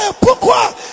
Pourquoi